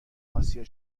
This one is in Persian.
اسیا